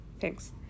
Thanks